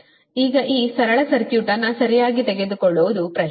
ಈಗ ಈ ಸರಳ ಸರ್ಕ್ಯೂಟ್ ಅನ್ನು ಸರಿಯಾಗಿ ತೆಗೆದುಕೊಳ್ಳುವುದು ಪ್ರಶ್ನೆ